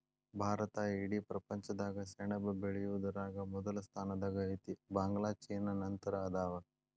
ಭಾರತಾ ಇಡೇ ಪ್ರಪಂಚದಾಗ ಸೆಣಬ ಬೆಳಿಯುದರಾಗ ಮೊದಲ ಸ್ಥಾನದಾಗ ಐತಿ, ಬಾಂಗ್ಲಾ ಚೇನಾ ನಂತರ ಅದಾವ